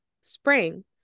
spring